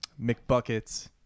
McBuckets